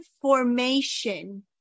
formation